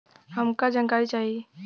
हमका जानकारी चाही?